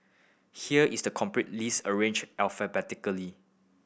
here is the complete list arranged alphabetically